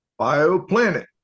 bioplanet